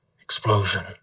explosion